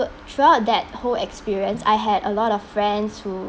throughout that whole experience I had a lot of friends who